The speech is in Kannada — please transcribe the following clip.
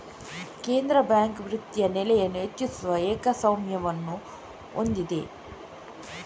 ಕೇಂದ್ರ ಬ್ಯಾಂಕ್ ವಿತ್ತೀಯ ನೆಲೆಯನ್ನು ಹೆಚ್ಚಿಸುವ ಏಕಸ್ವಾಮ್ಯವನ್ನು ಹೊಂದಿದೆ